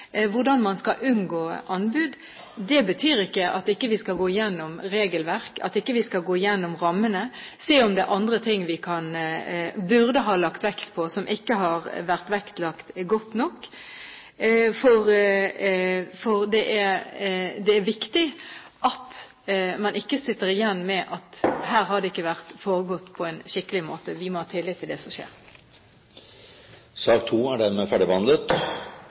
hvordan man skal unngå anbud. Det betyr ikke at vi ikke skal gå gjennom regelverk, at vi ikke skal gå gjennom rammene og se om det er andre ting vi burde ha lagt vekt på, som ikke har vært vektlagt godt nok. For det er viktig at man ikke sitter igjen med inntrykk av at her har ting ikke foregått på en skikkelig måte. Vi må ha tillit til det som skjer. Sak nr. 2 er dermed ferdigbehandlet.